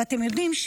ואתם יודעים,